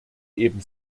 eben